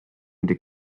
into